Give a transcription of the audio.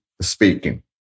speaking